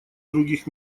других